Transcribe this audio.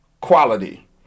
quality